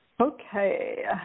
Okay